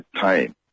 time